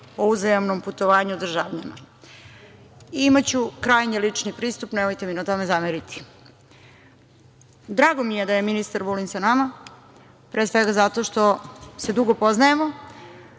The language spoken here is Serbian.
o uzajamnom putovanju državljana. Imaću krajnje lični pristup, nemojte mi na tome zameriti. Drago mi je da je ministar Vulin sa nama, pre svega zato što se dugo poznajemo